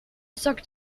sucked